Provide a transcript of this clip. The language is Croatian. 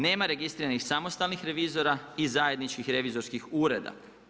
Nema registriranih samostalnih revizora i zajedničkih revizorskih ureda.